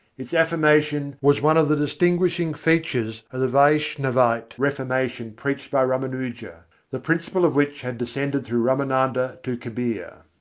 its affirmation was one of the distinguishing features of the vaishnavite reformation preached by ramanuja the principle of which had descended through ramananda to kabir.